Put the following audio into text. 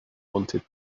wanted